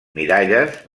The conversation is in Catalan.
miralles